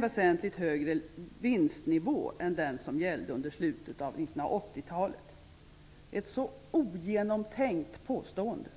väsentligt högre vinstnivå än den som gällde i slutet av 1980-talet.'' Ett så ogenomtänkt påstående!